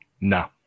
no